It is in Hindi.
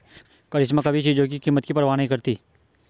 करिश्मा कभी चीजों की कीमत की परवाह नहीं करती